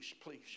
please